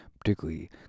particularly